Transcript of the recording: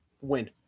win